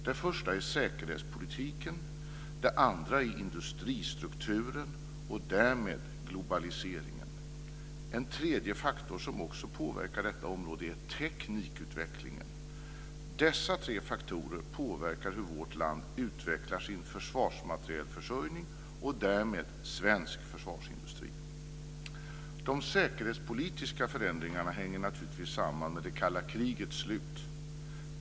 Det första är säkerhetspolitiken, det andra är industristrukturen och därmed globaliseringen. En tredje faktor som påverkar detta område är teknikutvecklingen. Dessa tre faktorer påverkar hur vårt land utvecklar sin försvarsmaterielförsörjning och därmed svensk försvarsindustri. De säkerhetspolitiska förändringarna hänger naturligtvis samman med det kalla krigets slut.